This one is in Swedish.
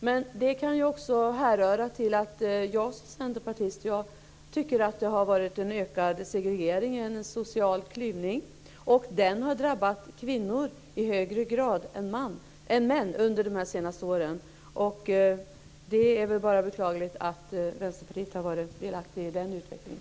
Men det kan också förklaras med att det har skett en ökad segregering och social klyvning, tycker jag som centerpartist, och att den har drabbat kvinnor i högre grad än män under de senaste åren. Det är bara att beklaga att Vänsterpartiet har varit delaktigt i den utvecklingen.